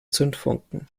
zündfunken